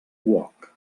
uoc